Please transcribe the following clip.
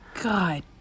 god